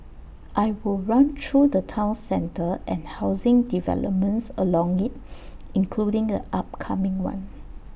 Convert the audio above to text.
I will run through the Town centre and housing developments along IT including the upcoming one